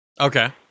Okay